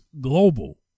global